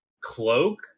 cloak